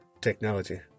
technology